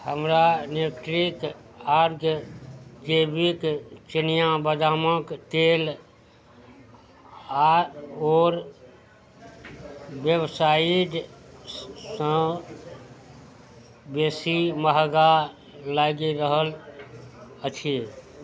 हमरा Nutriorg जैविक चिनिआ बदामके तेल आओर आओर वेबसाइटसँ बेसी महगा लागि रहल अछि